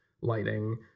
lighting